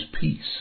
peace